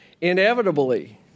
Inevitably